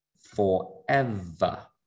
forever